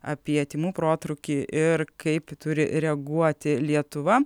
apie tymų protrūkį ir kaip turi reaguoti lietuva